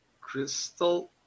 crystal